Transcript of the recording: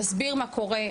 להסביר מה קורה,